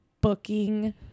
booking